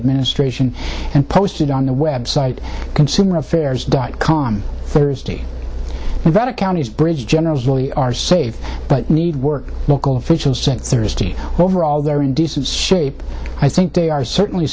administration and posted on the web site consumer affairs dot com thursday that a county's bridge generals really are safe but need work local officials said thursday overall they're in decent shape i think they are certainly